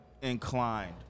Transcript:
inclined